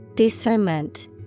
Discernment